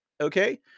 Okay